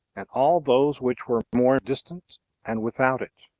and all those which were more distant and without it.